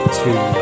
two